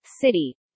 city